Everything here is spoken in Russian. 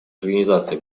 организации